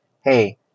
hey –